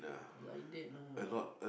blind date lah